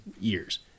years